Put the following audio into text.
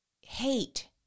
hate